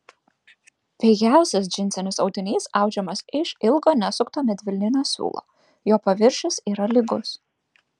pigiausias džinsinis audinys audžiamas iš ilgo nesukto medvilninio siūlo jo paviršius yra lygus